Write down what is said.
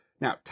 Now